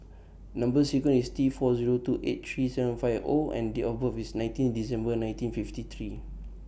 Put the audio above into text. Number sequence IS T four Zero two eight three seven five O and Date of birth IS nineteen December nineteen fifty three